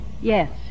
Yes